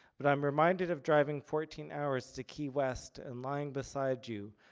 but i'm reminded of driving fourteen hours to key west and lying beside you,